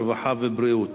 הרווחה והבריאות.